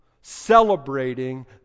celebrating